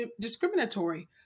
discriminatory